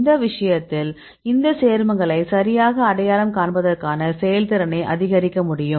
இந்த விஷயத்தில் இந்த சேர்மங்களை சரியாக அடையாளம் காண்பதற்கான செயல்திறனை அதிகரிக்க முடியும்